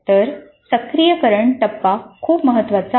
तर सक्रियकरण टप्पा खूप महत्वाचा आहे